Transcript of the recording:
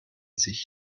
sich